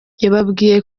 yababwiye